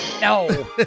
No